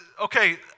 okay